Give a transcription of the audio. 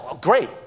great